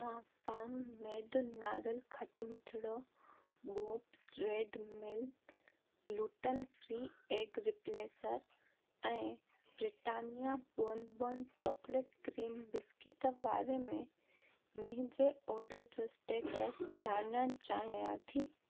मां farm made नारेलु खटिमिठड़ो Bob's red mill gluten free egg replacer ऐं Britannia bourbon chocolate cream biscuits वारे मुंहिंजे ऑर्डर जो स्टेटस ॼाणण चाहियां थी